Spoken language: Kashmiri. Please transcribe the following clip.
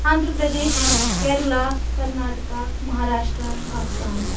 آندرا پردیش کیریلہ کرناٹکہ ماہراشٹرا آسام